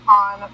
on